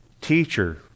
teacher